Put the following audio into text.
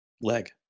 Leg